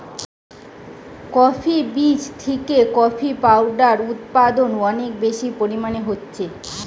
coffee বীজ থিকে coffee powder উদপাদন অনেক বেশি পরিমাণে হচ্ছে